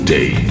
Day